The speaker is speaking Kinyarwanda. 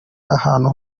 ahantu